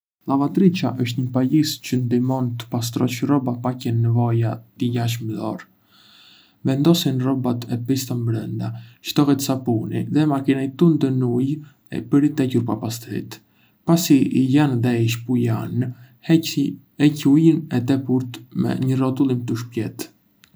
Lavatriçja është një pajisje që të ndihmon të pastrosh rrobat pa qenë nevoja t'i lash me dorë. Vendosen rrobat e pista brënda, shtohet sapuni, dhe makina i lëviz në ujë për të hequr papastërtitë. Pasi i lan dhe i shpëlan, heq ujin e tepërt me një rrotullim të shpejtë.